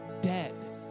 dead